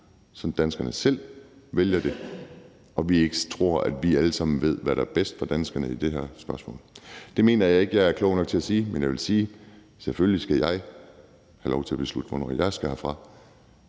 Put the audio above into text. så danskerne selv vælger det, og så vi alle sammen ikke tror, at vi ved, hvad der er bedst for danskerne i det her spørgsmål. Det mener jeg ikke at jeg er klog nok til at sige, og jeg vil sige, at jeg selvfølgelig skal have lov til at beslutte, hvornår jeg skal herfra;